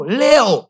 leo